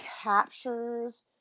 captures